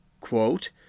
quote